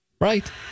Right